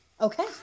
Okay